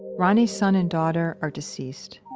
ronnie's son and daughter are deceased.